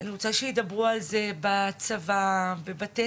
אני רוצה שידברו על זה בצבא, בבתי